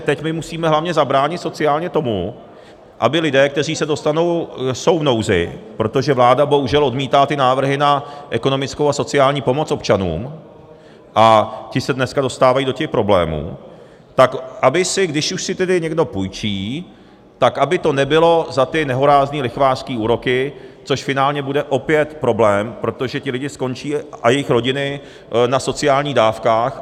Teď musíme hlavně zabránit sociálně tomu, aby lidé, kteří jsou v nouzi, protože vláda bohužel odmítá ty návrhy na ekonomickou a sociální pomoc občanům, a ti se dneska dostávají do těch problémů, tak aby si, když už si tedy někdo půjčí, tak aby to nebylo za ty nehorázné lichvářské úroky, což finálně bude opět problém, protože ti lidé a jejich rodiny skončí na sociálních dávkách.